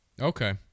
Okay